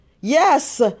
Yes